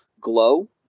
glow